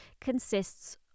consists